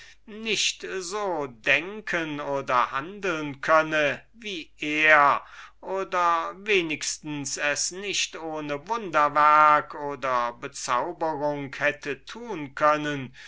nicht so denken oder handeln könne oder wenigstens es nicht ohne wunderwerke einflüsse unsichtbarer geister oder übernatürliche bezauberung hätte tun können